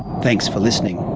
thanks for listening